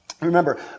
Remember